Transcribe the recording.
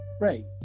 Right